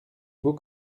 beau